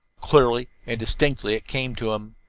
clearly and distinctly it came to him